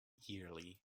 yearly